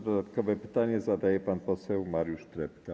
Dodatkowe pytanie zada pan poseł Mariusz Trepka.